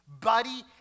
buddy